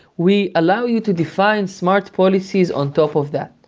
we allow you to define smart policies on top of that.